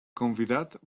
convidat